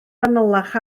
fanylach